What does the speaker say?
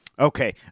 Okay